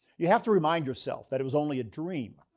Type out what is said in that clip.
you have to remind yourself that it was only a dream.